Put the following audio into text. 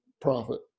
profit